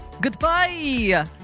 Goodbye